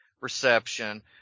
reception